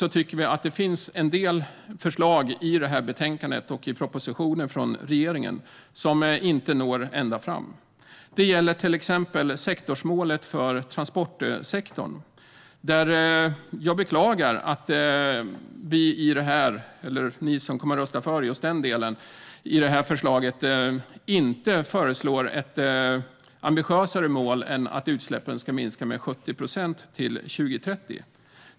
Vi tycker däremot att vissa förslag i betänkandet och i regeringens proposition inte når ända fram. Det gäller till exempel sektorsmålet för transportsektorn. Jag beklagar att ni som kommer att rösta för just denna del inte föreslår ett mer ambitiöst mål än att utsläppen ska minska med 70 procent till 2030.